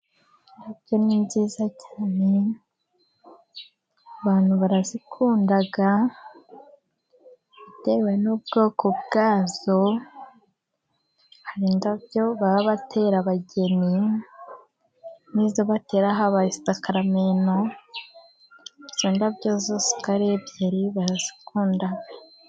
Indabyo ni nziza cyane, abantu barazikunda, bitewe n'ubwoko bwa zo, hari indabyo baba batera abageni n'izo batera habaye isakaramentu, izo ndabyo zose uko ari ebyiri, abantu barazikunda.